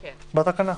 בתקנה.